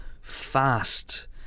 fast